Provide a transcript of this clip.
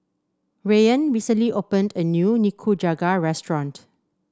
Rayan recently opened a new Nikujaga restaurant